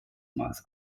maß